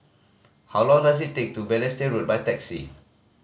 how long does it take to Balestier Road by taxi